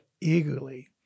eagerly